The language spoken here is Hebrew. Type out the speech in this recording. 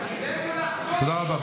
תודה רבה.